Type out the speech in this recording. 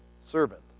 servant